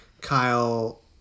Kyle